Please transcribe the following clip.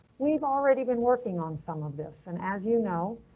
we've already been working on some of this, and as you know,